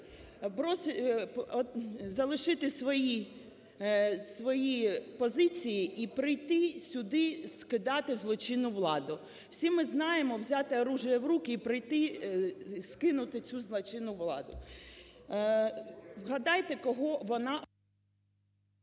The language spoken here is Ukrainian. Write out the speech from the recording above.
залишити свої позиції і прийти сюди скидати злочинну владу. Всі ми знаємо, взяти оружие в руки прийти скинути цю злочинну владу.